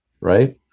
Right